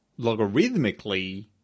logarithmically